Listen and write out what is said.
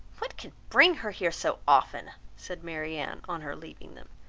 what can bring her here so often? said marianne, on her leaving them.